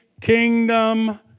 kingdom